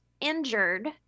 injured